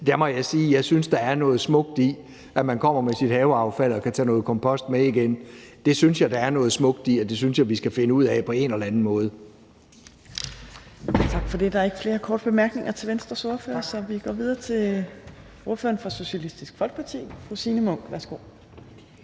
år, må sige, at der er noget smukt i, at man kommer med sit haveaffald og kan tage noget kompost med igen. Det synes jeg der er noget smukt i, og det synes jeg vi skal finde ud af på en eller anden måde. Kl. 16:01 Tredje næstformand (Trine Torp): Tak for det. Der er ikke flere korte bemærkninger til Venstres ordfører, så vi går videre til ordføreren for Socialistisk Folkeparti, fru Signe Munk. Værsgo.